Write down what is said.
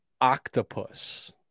octopus